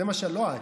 לא את,